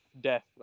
death